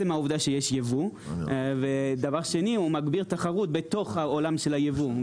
ושתיים, הוא מגביר תחרות בתוך העולם של הייבוא.